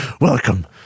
welcome